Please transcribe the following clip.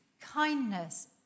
kindness